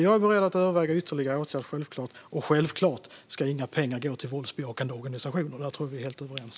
Jag är beredd att överväga ytterligare åtgärder, och självklart ska inga pengar gå till våldsbejakande organisationer - där tror jag att vi är helt överens.